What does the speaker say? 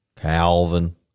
Calvin